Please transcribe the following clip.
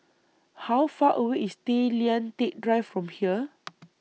How Far away IS Tay Lian Teck Drive from here